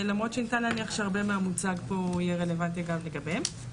למרות שניתן להניח שהרבה מהמוצג פה יהיה רלוונטי גם לגביהן.